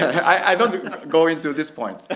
i won't go into this point.